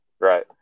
Right